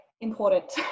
important